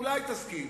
אולי תסכים,